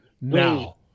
now